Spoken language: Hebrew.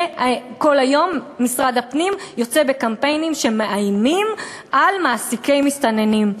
וכל היום משרד הפנים יוצא בקמפיינים שמאיימים על מעסיקי מסתננים.